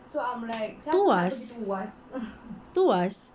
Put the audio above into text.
tuas tuas